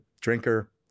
drinker